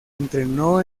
entrenó